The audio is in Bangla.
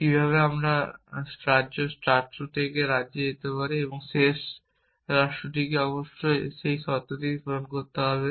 কিভাবে আমরা রাষ্ট্র থেকে রাজ্যে যেতে পারি যে শেষ রাষ্ট্রটিকে অবশ্যই সেই শর্তটি পূরণ করতে হবে